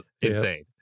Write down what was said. insane